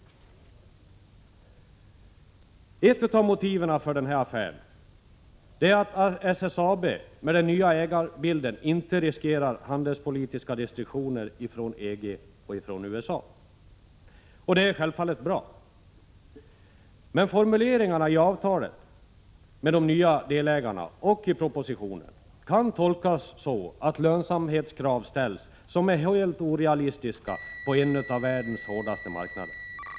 Ett av motiven för den här affären är att SSAB med den nya ägarbilden inte riskerar handelspolitiska restriktioner från EG och från USA, och det är självfallet bra. Men formuleringarna i avtalet med de nya delägarna och i propositionen kan tolkas så att lönsamhetskrav ställs som är helt orealistiska på en av världens hårdaste marknader.